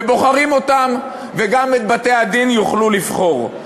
ובוחרים אותם, וגם את בתי-הדין יוכלו לבחור.